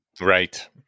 Right